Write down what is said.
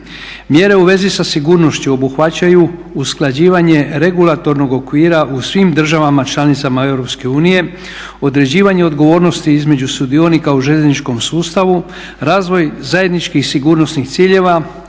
Mjere u vezi sa sigurnošću obuhvaćaju usklađivanje regulatornog okvira u svim državama članicama EU, određivanje odgovornosti između sudionika u željezničkom sustavu, razvoj zajedničkih sigurnosnih ciljeva,